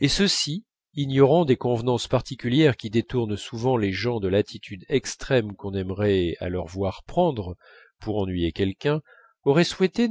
et ceux-ci ignorants des convenances particulières qui détournent souvent les gens de l'attitude extrême qu'on aimerait à leur voir prendre pour ennuyer quelqu'un auraient souhaité